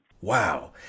Wow